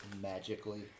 magically